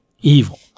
evil